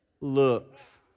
Looks